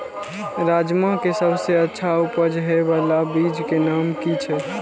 राजमा के सबसे अच्छा उपज हे वाला बीज के नाम की छे?